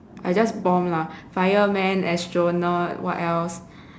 I just bomb lah fireman astronaut what else